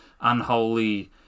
unholy